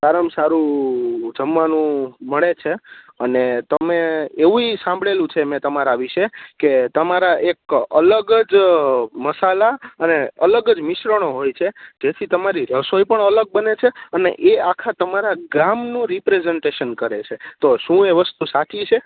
સારામાં સારું જમવાનું મળે છે અને તમે એવુંય સાંભળેલું છે મેં તમારા વિષે કે તમારા એક અલગ જ મસાલા અને અલગ જ મિશ્રણો હોય છે જેથી તમારી રસોઈ પણ અલગ બને છે અને એ આખા તમારા ગામનું રિપ્રેસન્ટેશન કરે છે તો શું એ વસ્તુ સાચી છે